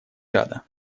чада